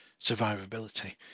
survivability